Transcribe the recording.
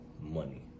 Money